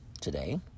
today